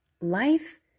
Life